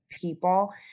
people